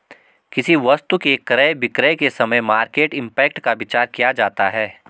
किसी वस्तु के क्रय विक्रय के समय मार्केट इंपैक्ट का विचार किया जाता है